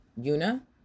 Yuna